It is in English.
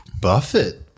Buffett